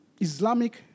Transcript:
Islamic